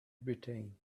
britain